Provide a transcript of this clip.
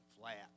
flat